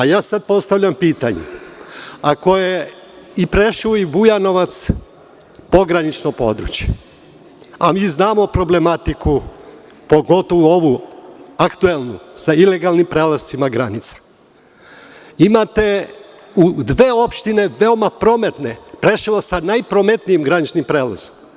Ja sad postavljam pitanje – ako je i Preševo i Bujanovac pogranično područje, a mi znamo problematiku, pogotovo ovu aktuelnu, sa ilegalnim prelascima granica, imate u dve opštine, veoma prometne, Preševo sa najprometnijim graničnim prelazom.